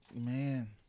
man